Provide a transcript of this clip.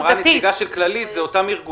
אמרה הנציגה של כללית,